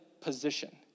position